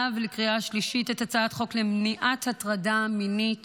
ולקריאה השלישית את הצעת חוק למניעת הטרדה מינית